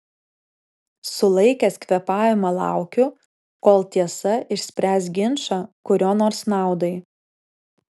sulaikęs kvėpavimą laukiu kol tiesa išspręs ginčą kurio nors naudai